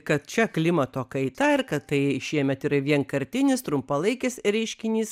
kad čia klimato kaita ir kad tai šiemet yra vienkartinis trumpalaikis reiškinys